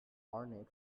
ornate